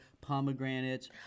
pomegranates